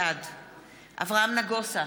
בעד אברהם נגוסה,